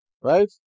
Right